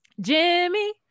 Jimmy